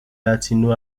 latino